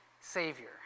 savior